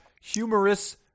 humorous